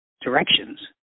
directions